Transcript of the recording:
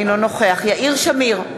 אינו נוכח יאיר שמיר,